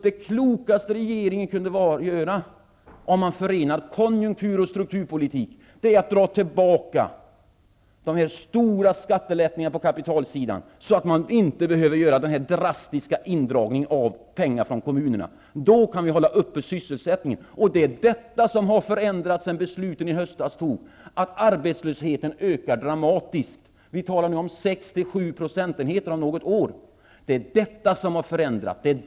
Det klokaste regeringen kunde göra, om man förenar konjunktur och strukturpolitik, är att dra tillbaka dessa stora skattelättnader på kapitalsidan, så att man inte behöver göra denna drastiska indragning av pengar från kommunerna. Då kan vi hålla upppe sysselsättningen. Detta har förändrats sedan besluten i höstas fattades. Arbetslösheten ökar dramatiskt. Vi talar om 6-- 7 % arbetslöshet om något år. Detta har förändrats.